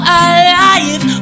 alive